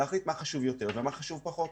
להחליט מה חשוב יותר ומה חשוב פחות.